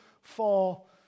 fall